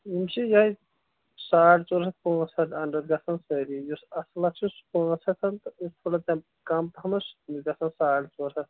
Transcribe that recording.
یِم چھِ یِہَے ساڑ ژور ہَتھ پانٛژھ ہَتھ اَنٛڈر گژھان سٲری یُس اَصٕل اکھ چھُ سُہ پٲنٛژھ ہَتھ تہٕ یُس پُلس اَمہِ کھۅتہٕ کَم پہم سُہ چھُ گژھان ساڑ ژور ہَتھ